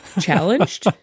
challenged